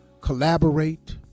collaborate